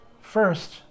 First